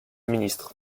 ministre